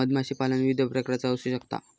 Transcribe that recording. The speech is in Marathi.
मधमाशीपालन विविध प्रकारचा असू शकता